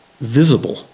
visible